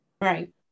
Right